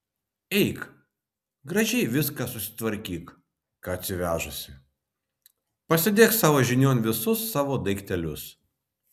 eik gražiai viską susitvarkyk ką atsivežusi pasidėk savo žinion visus savo daiktelius